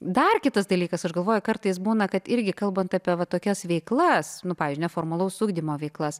dar kitas dalykas aš galvoju kartais būna kad irgi kalbant apie tokias veiklas nu pavzdžiui neformalaus ugdymo veiklas